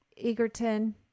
Egerton